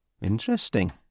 Interesting